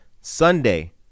Sunday